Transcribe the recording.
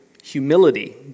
Humility